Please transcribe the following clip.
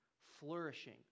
flourishing